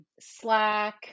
Slack